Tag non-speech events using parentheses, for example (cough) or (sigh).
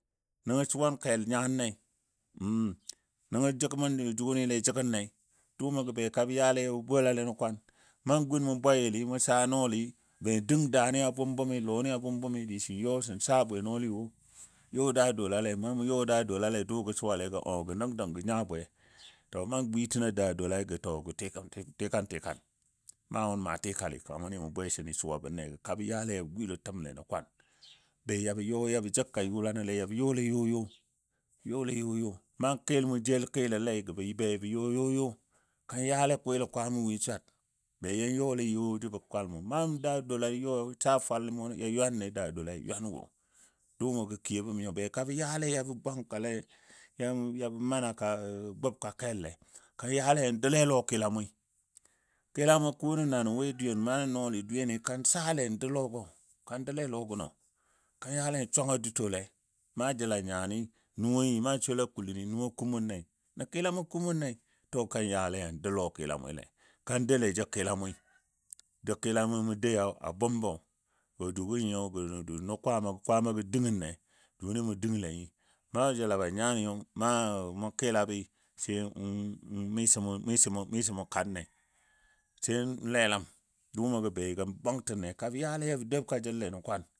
Nəngɔ suwan kəl nyanle (hesitation) nəngɔ jəg mʊn jʊni jəgənle, dʊʊmo ga beka bə yale yabɔ bolale nən kwan nan gun mʊ bwayili mʊ saa nɔɔli, be dəng daani a bʊm bʊmi lɔni a bʊm bʊmi dii sən yɔ sən saa bwenɔligo wo yɔ daa doulale na mʊ yɔ daa doulale dʊʊgɔ suwalegɔ ɔ dəng dəng gə nya bwe. To nan gwitəga daa doula gə to gə (hesitation) tikan tikan maa mʊn maa tikalɨ kanga wʊni mʊn bwesəni suwa bənle gɔ kabɔ yale yabɔ gwilo təmle nən kwan be yabɔ yɔ yabɔ jəkka yʊlanle yabɔ yɔle yo yo yɔle yo yo, nan kɨl mo jel kɨlolei gə be bə yɔ yo yo ka yale kwɨl kwamo win swarnən, be jə yɔle yo yo jəbɔ fwalmo. Nan daa doula yɔi saa fwalmo ni ywanle daa doulai ywan wo. Dʊʊmo gə kiyobəm nyo, beka bə yale yabɔ bwankale (hesitation) yabɔ manaka gʊbka kelle. Ka yale doule lɔ kɨla moi, kɨla mo ko gənanɔ we dweyen na nɔɔli dweyeni kan (noise) saale dou lɔgɔ, kan doule lɔgənɔ. Ka yale suwanga dutole, nan jel a nyani nuwoni na sɔla kuləni nuwo ku mʊnle nə kila mʊ ku mʊnle. To kan yale yan dou lɔ kila mʊile. Kan doule jə kila mʊi, (noise) jə kilamo mun douyo a bʊmbɔ. Tɔ jʊgo nyiyo (hesitation) nə Kwaamai kwaamagɔ dəngəle, jʊni mʊn dəngle nyi na jel a be nyaniyo na mu kɨlabi sai (hesitation) miso mu miso mu miso mu kanne. Sai n lelam (unintelligible) kabə yale yabɔ dabka jele nən kwan.